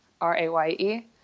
r-a-y-e